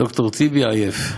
ד"ר טיבי עייף.